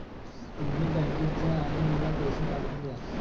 तुम्ही बँकेत जा आणि मला पैसे काढून दया